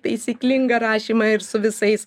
taisyklingą rašymą ir su visais